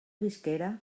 visquera